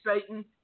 Satan